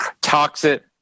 toxic